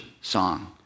song